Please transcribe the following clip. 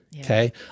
Okay